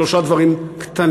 שלושה דברים קטנים.